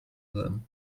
them